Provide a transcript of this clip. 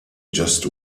just